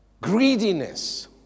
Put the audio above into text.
Greediness